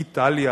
איטליה,